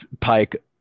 Pike